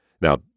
Now